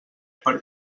per